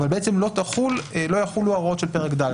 אבל בעצם לא יחולו ההוראות של פרק ד',